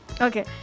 Okay